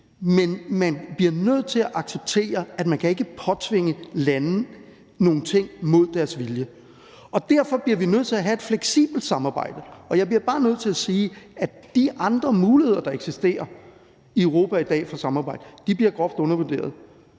Men man bliver nødt til at acceptere, at man ikke kan påtvinge lande nogle ting mod deres vilje. Derfor bliver vi nødt til at have et fleksibelt samarbejde. Og jeg bliver bare nødt til at sige: De andre muligheder for samarbejde, der eksisterer i Europa i dag, bliver groft undervurderet.